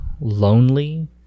lonely